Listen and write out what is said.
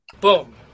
Boom